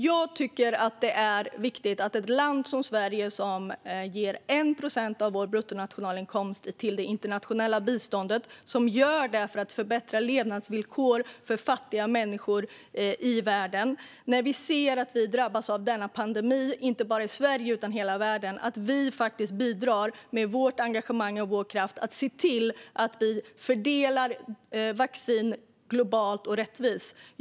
Fru talman! Sverige ger 1 procent av vår bruttonationalinkomst till det internationella biståndet för att förbättra levnadsvillkor för fattiga människor i världen. När vi ser att inte bara Sverige utan hela världen drabbas av pandemin är det viktigt att vi som land bidrar med vårt engagemang och vår kraft för att se till att fördela vaccin globalt och rättvist.